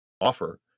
offer